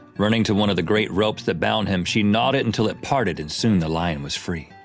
running to one of the great ropes that bound him, she gnawed it until it parted, and soon the lion was free.